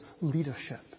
leadership